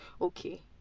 okay